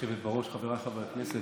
חבריי חברי הכנסת.